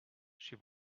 she